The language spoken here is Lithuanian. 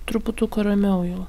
truputuką ramiau jau